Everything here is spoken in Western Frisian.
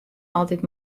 altyd